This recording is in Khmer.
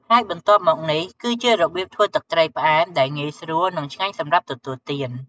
ហើយបន្ទាប់មកនេះគឺជារបៀបធ្វើទឹកត្រីផ្អែមដែលងាយស្រួល និងឆ្ងាញ់សម្រាប់ទទួលទាន។